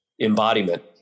embodiment